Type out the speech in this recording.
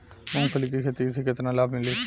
मूँगफली के खेती से केतना लाभ मिली?